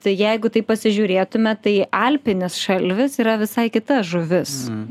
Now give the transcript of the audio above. tai jeigu taip pasižiūrėtume tai alpinis šalvis yra visai kita žuvis